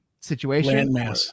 situation